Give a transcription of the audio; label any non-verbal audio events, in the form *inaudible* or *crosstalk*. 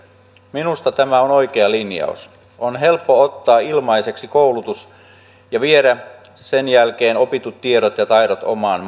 minusta tämä on oikea linjaus on helppo ottaa ilmaiseksi koulutus ja viedä sen jälkeen opitut tiedot ja taidot omaan *unintelligible*